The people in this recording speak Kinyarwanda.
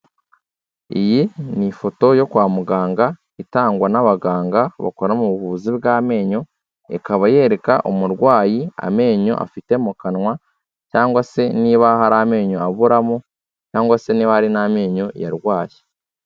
Iyi ni ifoto yo kwa muganga itangwa n'abaganga bakora mu buvuzi bw'amenyo, ikaba yereka umurwayi amenyo afite mu kanwa cyangwa se niba hari amenyo aburamu cyangwa se niba hari n'amenyo yarwaye.